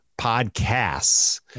podcasts